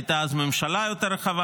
הייתה אז ממשלה יותר רחבה,